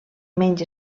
menys